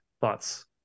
Thoughts